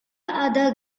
other